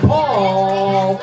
Paul